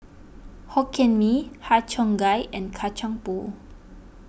Hokkien Mee Har Cheong Gai and Kacang Pool